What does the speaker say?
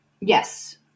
Yes